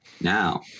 now